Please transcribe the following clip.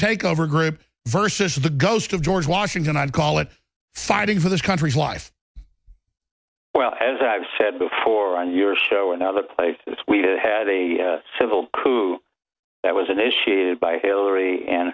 takeover group versus the ghost of george washington i'd call it fighting for this country's life well as i've said before on your show another place it's we had a civil that was initiated by hillary and